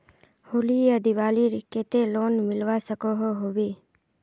होली या दिवालीर केते लोन मिलवा सकोहो होबे?